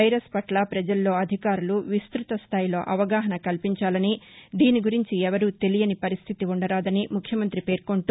virus పట్ల ప్రజల్లో అధికారులు విస్తుత స్థాయిలో అవగాహన కల్పించాలని దీని గురించి ఎవరూ తెలియని పరిస్లితి ఉండరాదని ముఖ్యమంత్రి పేర్కొంటూ